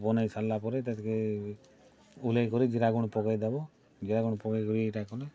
ବନେଇ ସାର୍ଲା ପରେ ତାହାକେ ଓହ୍ଲେଇ କରି ଜିରା ଗୁଣ୍ଡ୍ ପକେଇ ଦେବ ଜିରା ଗୁଣ୍ଡ୍ ପକେଇ କରି ଇ'ଟା କଲେ